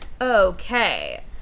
Okay